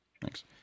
thanks